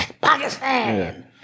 Pakistan